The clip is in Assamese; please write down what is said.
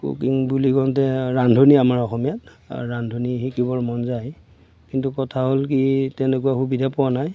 কুকিং বুলি কওঁতে ৰান্ধনী আমাৰ অসমীয়াত ৰান্ধনী শিকিবৰ মন যায় কিন্তু কথা হ'ল কি এই তেনেকুৱা সুবিধা পোৱা নাই